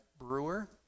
Brewer